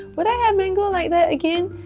would i have mango like that again?